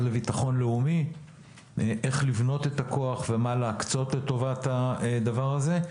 לביטחון לאומי איך לבנות את הכוח ומה להקצות לטובת הדבר הזה,